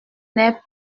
n’est